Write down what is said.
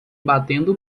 batendo